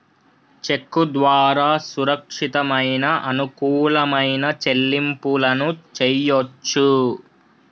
చెక్కు ద్వారా సురక్షితమైన, అనుకూలమైన చెల్లింపులను చెయ్యొచ్చు